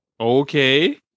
Okay